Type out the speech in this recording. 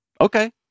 Okay